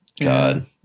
God